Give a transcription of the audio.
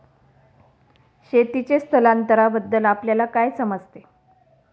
शेतीचे स्थलांतरबद्दल आपल्याला काय समजते?